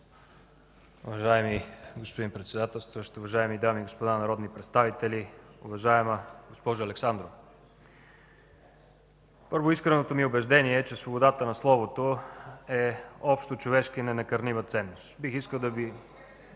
Уважаеми господин Председателстващ, уважаеми дами и господа народни представители, уважаема госпожо Александрова! Първо, искреното ми убеждение е, че свободата на словото е общочовешка и ненакърнима ценност. (Реплика от